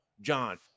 John